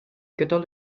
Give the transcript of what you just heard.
gydol